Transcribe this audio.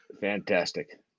Fantastic